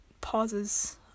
pauses